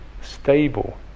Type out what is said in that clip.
Stable